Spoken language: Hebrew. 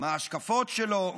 מה ההשקפות שלו,